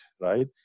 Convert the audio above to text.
right